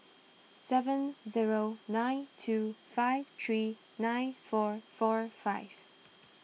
seven zero nine two five three nine four four five